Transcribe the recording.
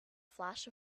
flash